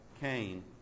Cain